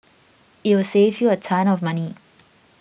it will save you a ton of money